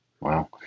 wow